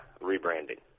rebranding